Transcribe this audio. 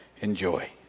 enjoy